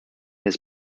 his